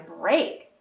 break